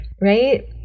right